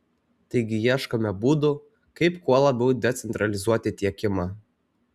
taigi ieškome būdų kaip kuo labiau decentralizuoti tiekimą